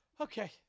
Okay